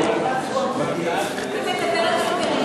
היא מדברת על פריפריה,